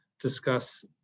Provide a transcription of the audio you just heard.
discuss